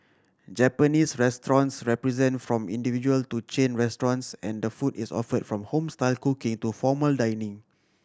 Japanese restaurants present from individual to chain restaurants and food is offered from home style cooking to formal dining